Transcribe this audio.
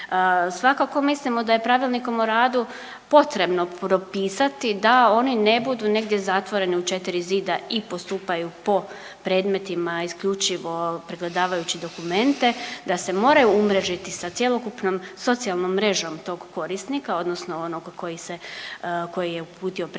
Svakako mislimo da je pravilnikom o radu potrebno propisati da oni ne budu negdje zatvoreni u 4 zida i postupaju po predmetima isključivo pregledavajući dokumente, da se moraju umrežiti sa cjelokupnom socijalnom mrežom tog korisnika odnosno onog koji se, koji je uputio